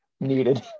needed